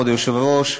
כבוד היושב-ראש,